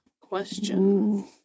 question